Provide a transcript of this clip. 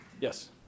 Yes